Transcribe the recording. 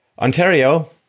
Ontario